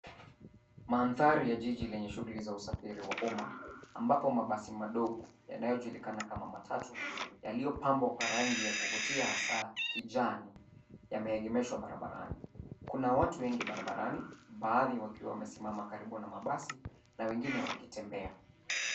Mandhari ya jiji lenye shughuli za usafiri wa umma ambapo mabasi madogo yanayojulikana kama matatu yaliyopambwa kwa rangi ya kuvutia hasa kijani yameegemeshwa barabarani. Kuna watu wengi barabarani baadhi wakiwa wamesimama karibu na mabasi na wengine wakitembea.